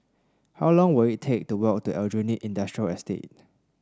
how long will it take to walk to Aljunied Industrial Estate